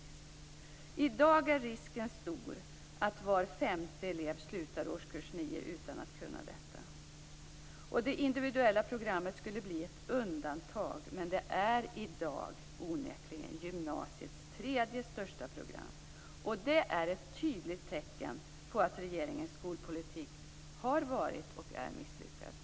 I dag är risken stor att var femte elev slutar årskurs nio utan att kunna detta. Det individuella programmet skulle bli ett undantag, men det är i dag onekligen gymnasiets tredje största program. Det är ett tydligt tecken på att regeringens skolpolitik har varit och är misslyckad.